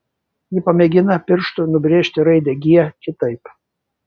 ji pamėgina pirštu nubrėžti raidę g kitaip